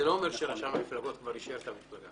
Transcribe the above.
זה לא אומר שרשם המפלגות כבר אישר את המפלגה.